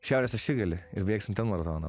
šiaurės ašigalį ir bėgsim ten maratoną